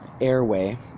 airway